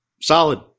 solid